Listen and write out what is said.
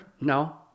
No